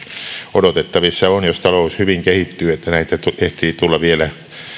odotettavissa on jos talous hyvin kehittyy että näitä ehtii tulla vielä